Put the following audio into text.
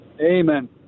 Amen